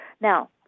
Now